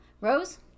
Rose